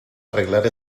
arreglar